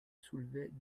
soulevait